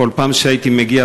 בכל פעם שהייתי מגיע,